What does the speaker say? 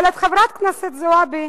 אבל את חברת הכנסת זועבי